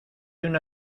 una